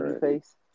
face